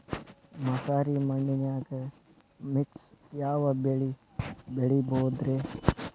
ಮಸಾರಿ ಮಣ್ಣನ್ಯಾಗ ಮಿಕ್ಸ್ ಯಾವ ಬೆಳಿ ಬೆಳಿಬೊದ್ರೇ?